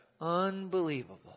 Unbelievable